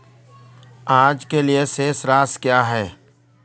आज के लिए शेष राशि क्या है?